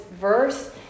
verse